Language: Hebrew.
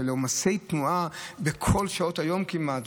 עומסי תנועה בכל שעות היום כמעט,